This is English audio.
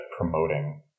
promoting